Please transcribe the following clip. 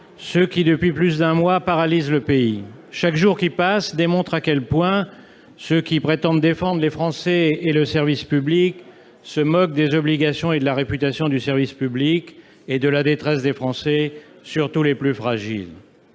ceux qui, depuis plus d'un mois, paralysent le pays. Chaque jour qui passe démontre à quel point ceux qui prétendent défendre les Français et le service public se moquent des obligations et de la réputation du service public comme de la détresse des Français, surtout les plus fragiles.